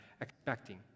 expecting